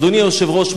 אדוני היושב-ראש,